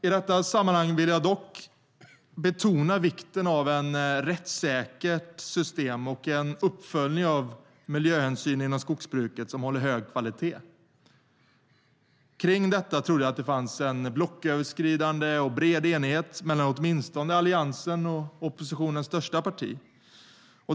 I detta sammanhang vill jag dock passa på att betona vikten av ett rättssäkert system och en uppföljning av miljöhänsynen inom skogsbruket som håller hög kvalitet. Kring detta trodde jag det fanns en blocköverskrivande och bred enighet mellan åtminstone Alliansen och oppositionens största parti.